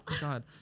God